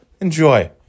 Enjoy